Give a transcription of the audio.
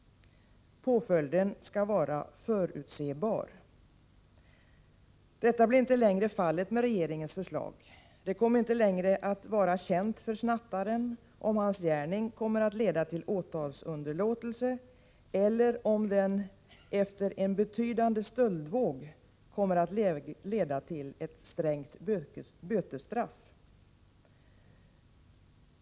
Påföljden skall vara förutsebar. Med regeringens förslag blir detta inte längre fallet. Det kommer inte längre att vara känt för t.ex. snattaren om hans gärning kommer att leda till åtalsunderlåtelse eller om den, efter en betydande stöldvåg, kommer att leda till ett strängt bötesstraff.